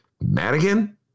Madigan